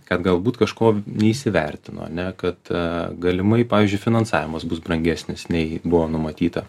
kad galbūt kažko neįsivertino ane kad galimai pavyzdžiui finansavimas bus brangesnis nei buvo numatyta